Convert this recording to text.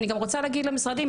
ואני גם רוצה להגיד למשרדים,